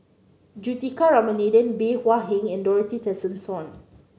Juthika Ramanathan Bey Hua Heng and Dorothy Tessensohn